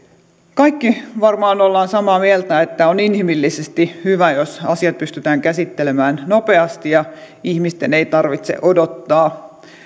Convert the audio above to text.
kaikki varmaan olemme samaa mieltä että on inhimillisesti hyvä jos asiat pystytään käsittelemään nopeasti ja ihmisten ei tarvitse odottaa